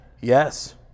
yes